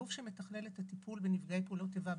הגוף שמתחלל את הטיפול בנפגעי פעולות איבה,